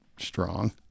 strong